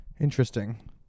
Interesting